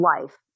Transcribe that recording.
life